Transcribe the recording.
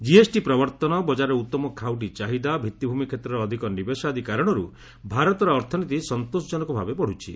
GST ପ୍ରବର୍ତ୍ତନ ବଜାରରେ ଉତ୍ତମ ଖାଉଟି ଚାହିଦା ଭିଭିଭୂମି କ୍ଷେତ୍ରରେ ଅଧିକ ନିବେଶ ଆଦି କାରଣରୁ ଭାରତର ଅର୍ଥନୀତି ସନ୍ତୋଷଜନକ ଭାବେ ବଢୁଛି